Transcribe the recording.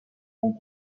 punt